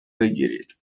بگیرید